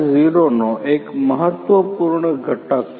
૦ નો એક મહત્વપૂર્ણ ઘટક છે